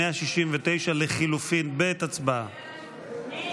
169 לחלופין ב' הצבעה.